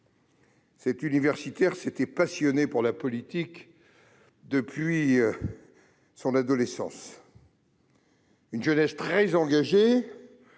Cet universitaire s'était passionné pour la politique depuis l'adolescence. Il connut une jeunesse très engagée